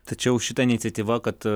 tačiau šita iniciatyva kad